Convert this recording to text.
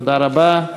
תודה רבה.